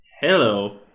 Hello